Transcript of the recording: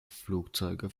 flugzeuge